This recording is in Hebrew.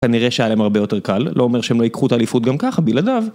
כנראה שהיה להם הרבה יותר קל, לא אומר שהם לא ייקחו את האליפות גם כך, בלעדיו.